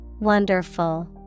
Wonderful